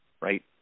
Right